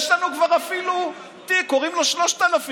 יש לנו כבר אפילו תיק, קוראים לו "3000".